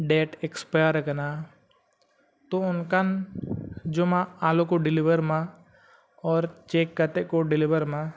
date ᱮᱠᱥᱯᱟᱭᱟᱨᱟᱠᱟᱱᱟ ᱛᱚ ᱚᱱᱠᱟᱱ ᱡᱚᱢᱟᱜ ᱟᱞᱚᱠᱚ ᱰᱮᱞᱤᱵᱷᱟᱨᱢᱟ ᱚᱨ ᱪᱮᱠ ᱠᱟᱛᱮᱫ ᱠᱚ ᱰᱮᱞᱤᱵᱷᱟᱨᱢᱟ